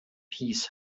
peace